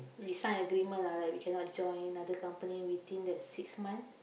we sign agreement lah like we cannot join another company within that six month